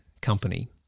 Company